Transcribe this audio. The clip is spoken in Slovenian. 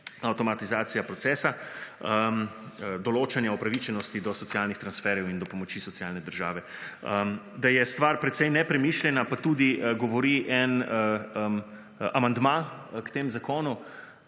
avtomatizacija procesa, določanje upravičenosti do socialnih transferjev in do pomoči socialne države. Da je stvar precej nepremišljena pa tudi govori en amandma k temu zakonu,